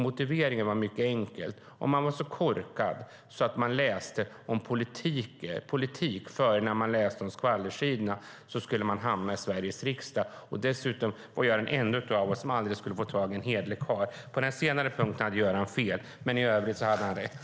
Motiveringen var mycket enkel: Om man var så korkad att man läste om politik innan man läste skvallersidorna skulle man hamna i Sveriges riksdag. Och dessutom var jag den enda av oss som aldrig skulle få tag på en hederlig karl. På den senare punkten hade Göran fel, men i övrigt hade han rätt.